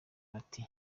bati